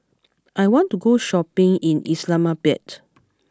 I want to go shopping in Islamabad